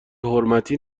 حرمتی